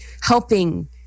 helping